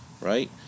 Right